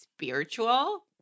spiritual